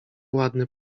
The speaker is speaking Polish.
ładny